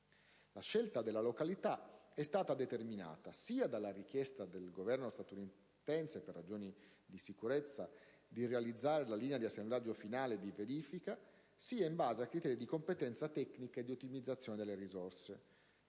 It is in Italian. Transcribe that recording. La scelta della località è stata determinata sia dalla richiesta del Governo statunitense di realizzare, per ragioni di sicurezza, la linea di assemblaggio finale e di verifica, sia in base a criteri di competenza tecnica e di ottimizzazione delle risorse.